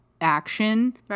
action